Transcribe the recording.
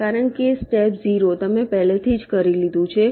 કારણ કે સ્ટેપ 0 તમે પહેલેથી જ કરી લીધું છે